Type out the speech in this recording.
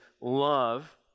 love